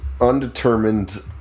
undetermined